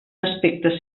aspecte